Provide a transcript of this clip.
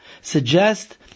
suggest